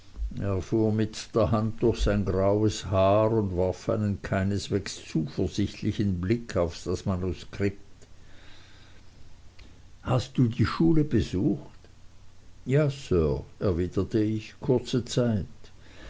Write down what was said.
mit der hand durch sein graues haar und warf einen keineswegs zuversichtlichen blick auf sein manuskript hast du die schule besucht ja sir erwiderte ich kurze zeit